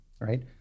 right